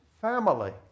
family